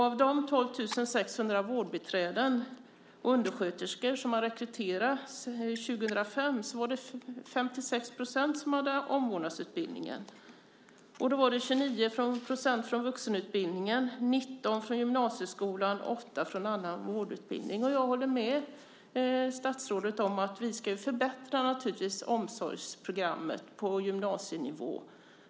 Av de 12 600 vårdbiträden och undersköterskor som har rekryterats under 2005 var det 56 % som hade genomgått omvårdnadsutbildningen - 29 % inom vuxenutbildningen, 19 % inom gymnasieskolan och 8 % inom annan vårdutbildning. Jag håller med statsrådet om att vi naturligtvis ska förbättra omsorgsprogrammet på gymnasienivå.